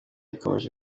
ikomeje